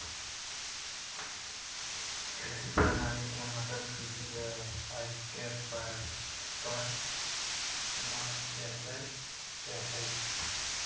कृषि प्रणाली के मतलब कृषि व्यवसाय के परस्पर सामंजस्य से हइ